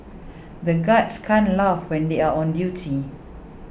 the guards can't laugh when they are on duty